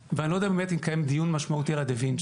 ואני לא יודע אם באמת התקיים דיון משמעותי על הדה וינצ'י.